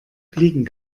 fliegen